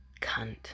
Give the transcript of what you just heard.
Cunt